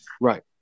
Right